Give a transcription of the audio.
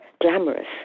glamorous